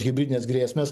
hibridinės grėsmės